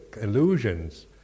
illusions